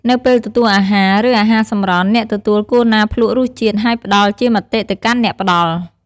នៅពេលទទួលអាហារ ឬអាហារសម្រន់ អ្នកទទួលគួរណាភ្លួករសជាតិហើយផ្តល់ជាមតិទៅកាន់អ្នកផ្តល់។